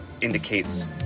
indicates